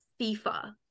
fifa